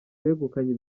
begukanye